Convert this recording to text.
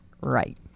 right